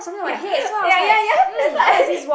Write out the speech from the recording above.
ya ya ya ya that's what I did